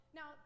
Now